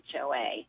HOA